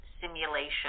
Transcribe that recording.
simulation